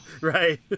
Right